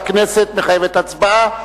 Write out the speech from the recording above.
ועדת הכנסת מחייבת הצבעה,